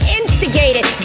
instigated